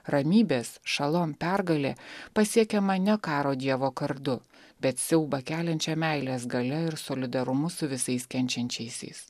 ramybės šalom pergalė pasiekiama ne karo dievo kardu bet siaubą keliančia meilės galia ir solidarumu su visais kenčiančiaisiais